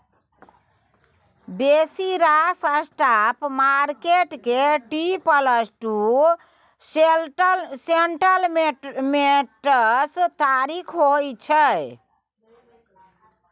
बेसी रास spot market के टी प्लस टू सेटलमेंट्स तारीख होइ छै